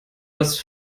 dass